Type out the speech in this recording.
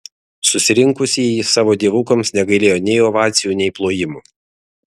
susirinkusieji savo dievukams negailėjo nei ovacijų nei plojimų